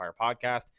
Podcast